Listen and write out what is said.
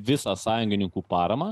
visą sąjungininkų paramą